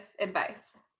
advice